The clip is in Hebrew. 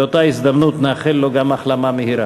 באותה הזדמנות נאחל לו גם החלמה מהירה.